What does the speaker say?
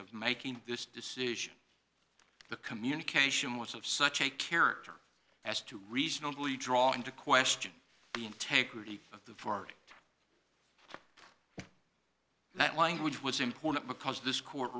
of making this decision the communication was of such a character as to reasonably draw into question the integrity of the part that language was important because this court